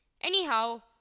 anyhow